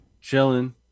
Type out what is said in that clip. chilling